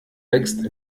wächst